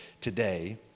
today